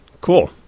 Cool